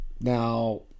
Now